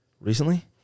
Recently